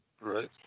Right